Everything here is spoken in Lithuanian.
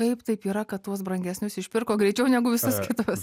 kaip taip yra kad tuos brangesnius išpirko greičiau negu visus kitus